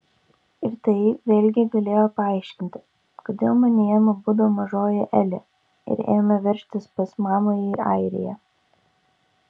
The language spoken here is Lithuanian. ir tai vėlgi galėjo paaiškinti kodėl manyje nubudo mažoji elė ir ėmė veržtis pas mamą į airiją